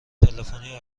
تلفنی